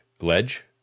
ledge